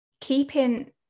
keeping